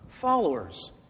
followers